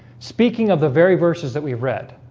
speaking of the very verses that we've read